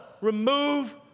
Remove